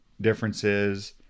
differences